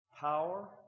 power